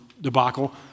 debacle